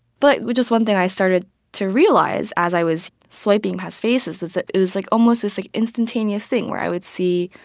but with just one thing, i started to realize as i was swiping past faces was that it was, like, almost this like instantaneous thing where i would see,